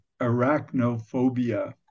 arachnophobia